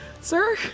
Sir